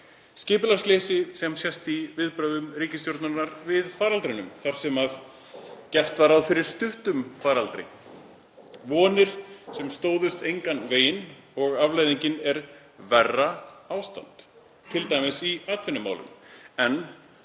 Skipulagsleysi sem sést í viðbrögðum ríkisstjórnarinnar við faraldrinum þar sem gert var ráð fyrir stuttum faraldri, vonir sem stóðust engan veginn, og afleiðingin er verra ástand, t.d. í atvinnumálum,